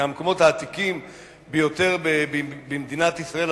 מהמקומות העתיקים ביותר במדינת ישראל,